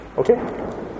Okay